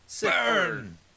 Burn